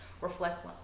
reflect